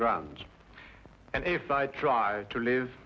grounds and if i try to live